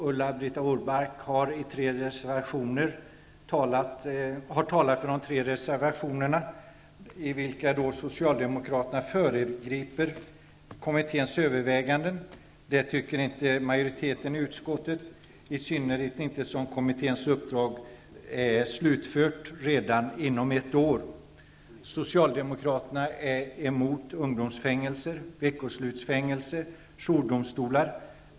Ulla-Britt Åbark har talat för de tre reservationer i vilka Socialdemokraterna föregriper kommitténs överväganden. Majoriteten i utskottet är inte av samma uppfattning, i synnerhet som kommitténs uppdrag skall slutföras redan inom ett år. Socialdemokraterna är emot ungdomsfängelser, veckoslutsfängelser och jourdomstolar.